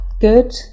good